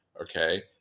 okay